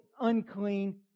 unclean